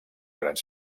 grans